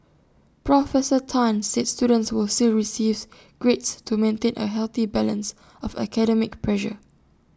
professor Tan said students would still receives grades to maintain A healthy balance of academic pressure